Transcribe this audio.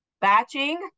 batching